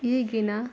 ಈಗಿನ